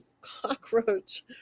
cockroach